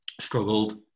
struggled